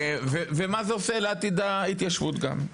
ומה זה עושה לעתיד ההתיישבות כאן.